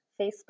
Facebook